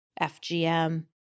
FGM